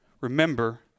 remember